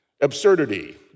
absurdity